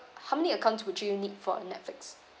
how many accounts would you need for netflix